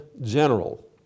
general